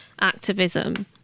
activism